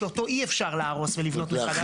שאותו אי אפשר להרוס ולבנות מחדש.